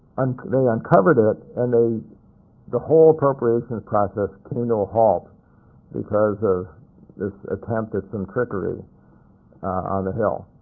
and they uncovered it and they the whole appropriations process came to a halt because of this attempt at some trickery on the hill,